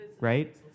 Right